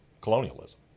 colonialism